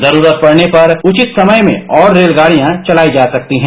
जरूरत पड़ने पर उचित समय में और रेलगाड़ियां चलाई जा सकती हैं